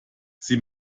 sie